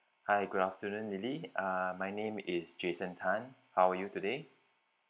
hi good afternoon lily uh my name is jason tan how are you today